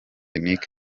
nic